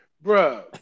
bro